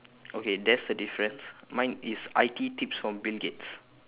okay that's the difference mine is I_T tips from bill gates